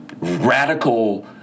radical